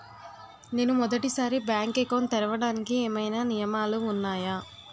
నేను మొదటి సారి బ్యాంక్ అకౌంట్ తెరవడానికి ఏమైనా నియమాలు వున్నాయా?